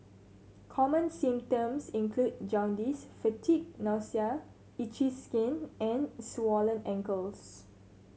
common symptoms include jaundice fatigue nausea itchy skin and swollen ankles